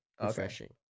Refreshing